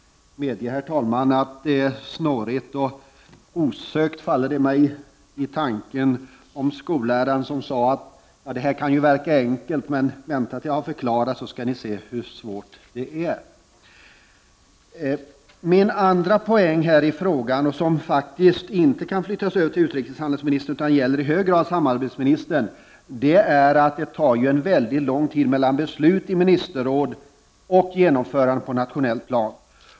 Medge, herr talman, att det är snårigt. Osökt kommer jag att tänka på skolläraren som sade: Det här kan ju verka enkelt, men vänta tills jag har förklarat, så skall ni se hur svårt det är! Min andra synpunkt i detta sammanhang, vilken inte kan överlämnas till utrikeshandelsministern utan i hög grad gäller samarbetsministern, är att det tar mycket lång tid mellan beslut i Ministerrådet och genomförandet på nationellt plan.